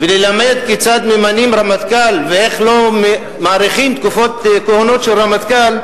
וללמד כיצד ממנים רמטכ"ל ואיך לא מאריכים תקופות כהונה של רמטכ"ל,